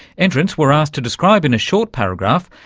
entrants were asked to describe, in a short paragraph,